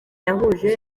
yahuje